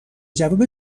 جواب